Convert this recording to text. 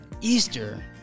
Easter